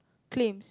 claims